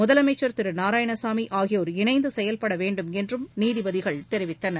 முதலமைச்சர் திரு நாராயணசாமி ஆகியோர் இணைந்து செயல்பட வேண்டும் என்றும் நீதிபதிகள் தெரிவித்தனர்